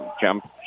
Jump